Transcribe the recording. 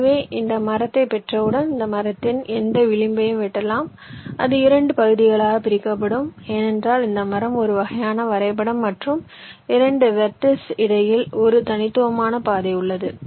எனவே இந்த மரத்தை பெற்றவுடன் இந்த மரத்தின் எந்த விளிம்பையும் வெட்டலாம் அது 2 பகுதிகளாகப் பிரிக்கப்படும் ஏனென்றால் இந்த மரம் ஒரு வகையான வரைபடம் மற்றும் 2 வெர்டிஸ் இடையில் ஒரு தனித்துவமான பாதை உள்ளது